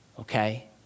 Okay